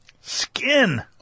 Skin